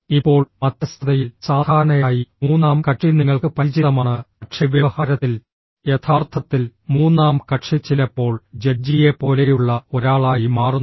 ഇപ്പോൾ മധ്യസ്ഥതയിൽ സാധാരണയായി മൂന്നാം കക്ഷി നിങ്ങൾക്ക് പരിചിതമാണ് പക്ഷേ വ്യവഹാരത്തിൽ യഥാർത്ഥത്തിൽ മൂന്നാം കക്ഷി ചിലപ്പോൾ ജഡ്ജിയെപ്പോലെയുള്ള ഒരാളായി മാറുന്നു